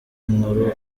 inkuru